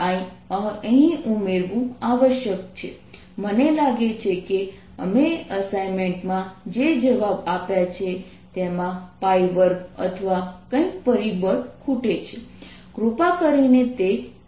I અહીં ઉમેરવું આવશ્યક છે મને લાગે છે કે અમે અસાઇનમેન્ટમાં જે જવાબ આપ્યા છે તેમાં 2 અથવા કંઇક પરિબળ ખૂટે છે કૃપા કરીને તે તપાસો